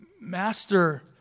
master